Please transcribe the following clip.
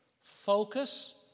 focus